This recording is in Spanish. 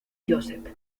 josep